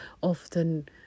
often